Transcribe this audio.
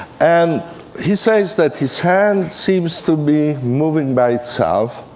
and he says that his hand seems to be moving by itself.